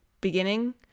beginning